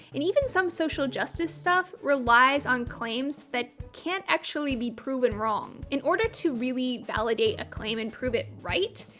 and even some social justice stuff, relies on claims that can't actually be proven wrong. in order to really validate a claim and prove it right,